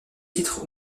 titres